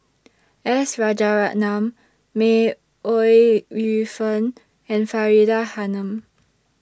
S Rajaratnam May Ooi Yu Fen and Faridah Hanum